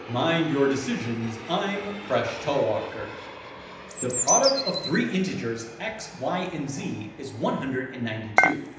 mind your decisions! i'm presh talwalkar the product of three integers x, y and z is one hundred and ninety two.